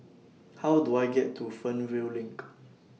How Do I get to Fernvale LINK